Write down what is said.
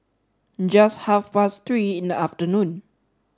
just half past three in the afternoon